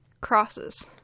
Crosses